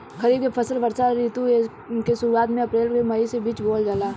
खरीफ के फसल वर्षा ऋतु के शुरुआत में अप्रैल से मई के बीच बोअल जाला